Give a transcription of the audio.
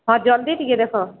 ହଁ ଜଲ୍ଦି ଟିକେ ଦେଖ